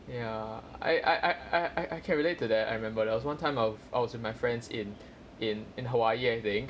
ya I I I I I can relate to that I remember there was one time of I was with my friends in in in hawaii I think